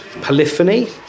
polyphony